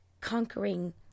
conquering